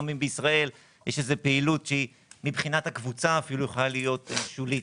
גם אם בישראל יש איזו פעילות שמבחינת הקבוצה יכולה להיות שולית.